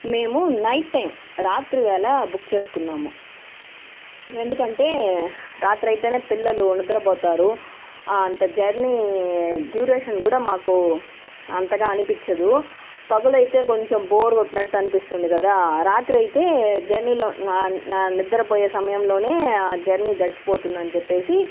మేము night time రాత్రివేళ book చేసుకున్నాము ఎందుకంటే రాత్రి అయితేనే పిల్లలు నిద్రపోతారు అంత జర్నీ డ్యూరేషన్ కూడా మాకు అంతగా అనిపించదు పగులు అయితే కొంచెం బోర్ కొట్టినట్టు అనిపిస్తుంది కదా రాత్రి అయితే జర్నీ లో నిద్రపోయే సమయంలోనే ఆ జర్నీ గడిచిపోతుంది అని చెప్పేసి